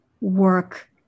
work